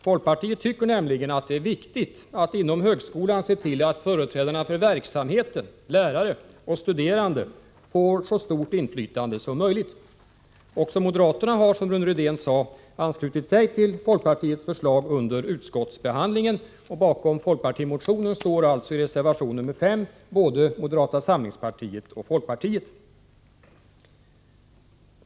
Folkpartiet tycker nämligen att det är viktigt att inom högskolan se till att företrädarna för verksamheten — lärare och studerande — får så stort inflytande som möjligt. Också moderaterna har, som Rune Rydén sade, under utskottsbehandlingen anslutit sig till folkpartiets förslag. Bakom folkpartimotionen står alltså — genom reservation 5 — både moderata samlingspartiet och folkpartiet.